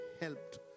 helped